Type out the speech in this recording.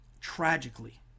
tragically